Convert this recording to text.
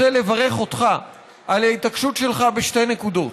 רוצה לברך אותך על ההתעקשות שלך בשתי נקודות: